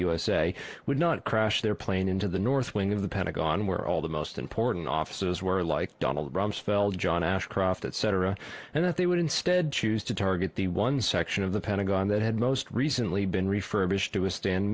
usa would not crash their plane into the north wing of the pentagon where all the most important offices were like donald rumsfeld john ashcroft etc and that they would instead choose to target the one section of the pentagon that had most recently been refurbished to withstand